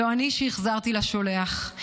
"זו אני שהחזרתי לשולח.